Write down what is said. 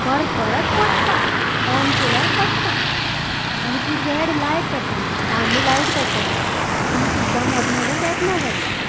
पर परत पडटा ऑन केल्यार पडटा आनी ती रेड लायट पेट्टाली तांबडी लायट पेट्टाली ती सुद्दां मोदें मोदें पेटना जाली